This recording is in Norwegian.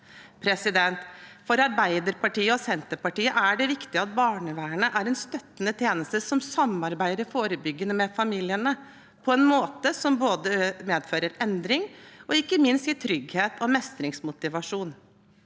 barnevern. For Arbeiderpartiet og Senterpartiet er det viktig at barnevernet er en støttende tjeneste som samarbeider forebyggende med familiene på en måte som medfører endring, og som ikke minst gir trygghet og mestringsmotivasjon: